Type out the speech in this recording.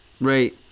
right